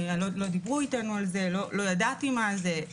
לא דיברו אתנו על זה, לא ידעתי מה זה.